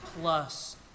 plus